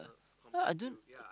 what I don't